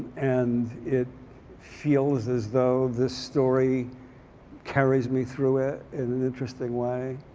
and it feels as though the story carries me through it in an interesting way.